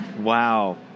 Wow